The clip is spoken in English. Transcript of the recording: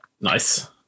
Nice